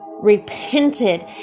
repented